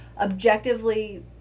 objectively